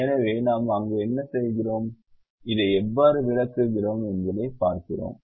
எனவே நாம் அங்கு என்ன செய்கிறோம் இதை எவ்வாறு விளக்குகிறோம் என்பதைப் பார்க்கிறோம்